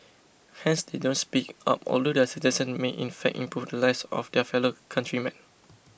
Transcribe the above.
hence they don't speak up although their suggestions may in fact improve the lives of their fellow countrymen